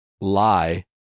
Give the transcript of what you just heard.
lie